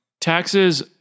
Taxes